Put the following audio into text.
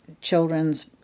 children's